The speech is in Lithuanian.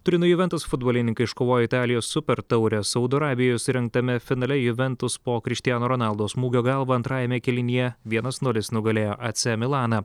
turino juventus futbolininkai iškovojo italijos supertaurę saudo arabijoj surengtame finale juventus po krištiano ronaldo smūgio galva antrajame kėlinyje vienas nulis nugalėjo ac milaną